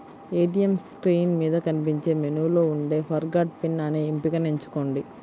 ATM screen మీద కనిపించే మెనూలో ఉండే ఫర్గాట్ పిన్ అనే ఎంపికను ఎంచుకోండి